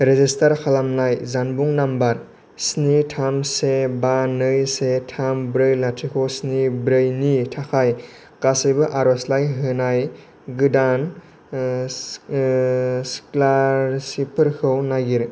register खालामनाय जानबुं number स्नि थाम से बा नै से थाम ब्रै लाथिख' स्नि ब्रैनि थाखाय गासिबो आर'जलाइ होनाय गोदान स्कलारसिपफोरखौ नागिर